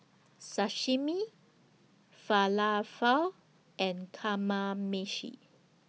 Sashimi Falafel and Kamameshi